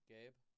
Gabe